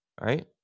right